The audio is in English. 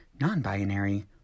non-binary